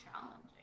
challenging